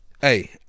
Hey